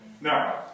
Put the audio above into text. Now